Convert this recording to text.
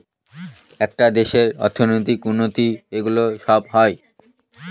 একটা দেশের অর্থনৈতিক উন্নতি গুলো সব হয়